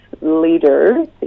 leaders